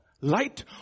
light